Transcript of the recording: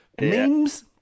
Memes